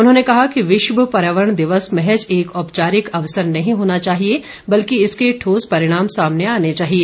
उन्होंने कहा कि विश्व पर्यावरण दिवस महज एक औपचारिक अवसर नहीं होना चाहिए बल्कि इसके ठोस परिणाम सामने आने चाहिए